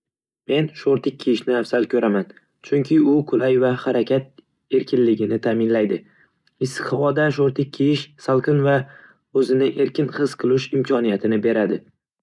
Men shortik kiyishni afzal ko'raman, chunki u qulay va harakat erkinligini ta’minlaydi. Issiq havoda shortik kiyish salqin va o'zini erkin his qilish imkoniyatini beradi.